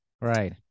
right